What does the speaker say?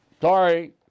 Sorry